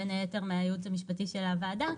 בין היתר מהייעוץ המשפטי של הוועדה,